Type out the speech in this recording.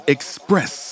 Express